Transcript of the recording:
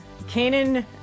Kanan